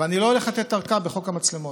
ואני לא הולך לתת ארכה בחוק המצלמות.